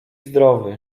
zdrowy